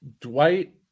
Dwight